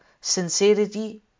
sincerity